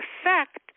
effect